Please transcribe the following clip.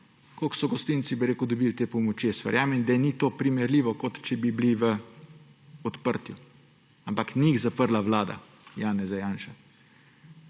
koliko so gostinci dobili te pomoči. Jaz verjamem, da ni to primerljivo, kot če bi bili v odprtju, ampak ni jih zaprla vlada Janeza Janše.